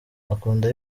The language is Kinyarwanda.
akunda